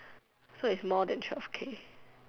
so is more than twelve K